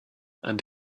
and